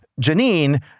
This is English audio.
Janine